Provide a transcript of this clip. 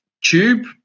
tube